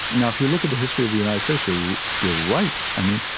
now if you look at the history of the united states, you're you're right. i mean,